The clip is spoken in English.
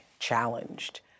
Challenged